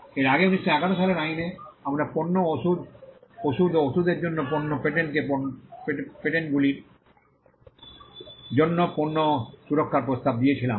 এর আগে 1911 সালের আইনে আমরা পণ্য ওষুধ ওষুধ ও ওষুধের জন্য পণ্য পেটেন্টকে পণ্য পেটেন্টগুলির জন্য পণ্য সুরক্ষার প্রস্তাব দিয়েছিলাম